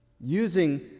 Using